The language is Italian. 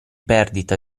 perdita